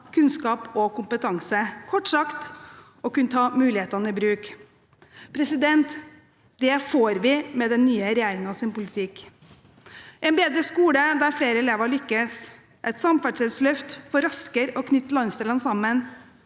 kunnskap og kompetanse – kort sagt: å kunne ta mulighetene i bruk. Det får vi med den nye regjeringens politikk – en bedre skole der flere elever lykkes, et samferdselsløft for raskere å knytte landsdelene sammen,